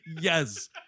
Yes